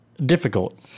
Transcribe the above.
difficult